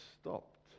stopped